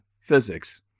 physics